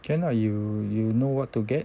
can ah you you know what to get